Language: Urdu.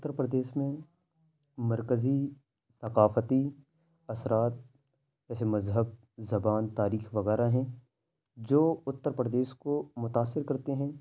اُتّر پردیش میں مرکزی ثقافتی اثرات جیسے مذہب زبان تاریخ وغیرہ ہیں جو اُتّرپردیش کو متاثر کرتے ہیں